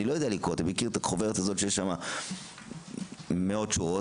אתה מכיר את החוברת הזאת שיש שם מאות שורות?